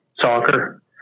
soccer